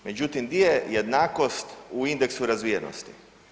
Međutim, di je jednakost u indeksu razvijenosti?